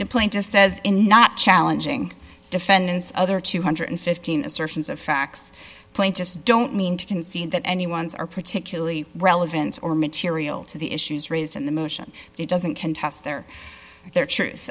the point just says in not challenging defendant's other two hundred and fifteen assertions of facts plaintiffs don't mean to concede that anyone's are particularly relevant or material to the issues raised in the motion doesn't contest their their truth